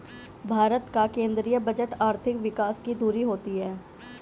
भारत का केंद्रीय बजट आर्थिक विकास की धूरी होती है